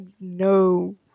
no